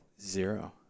Zero